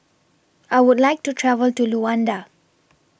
I Would like to travel to Luanda